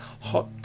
hot